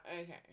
okay